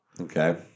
okay